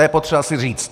To je potřeba si říct.